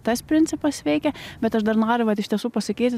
tas principas veikia bet aš dar noriu vat iš tiesų pasakyti